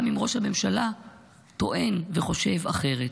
גם אם ראש הממשלה טוען וחושב אחרת.